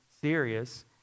serious